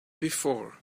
before